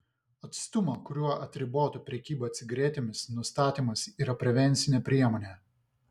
atstumo kuriuo atribotų prekybą cigaretėmis nustatymas yra prevencinė priemonė